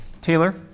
Taylor